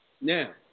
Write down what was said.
Now